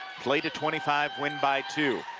play to twenty five, win by two.